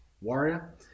warrior